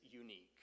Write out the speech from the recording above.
unique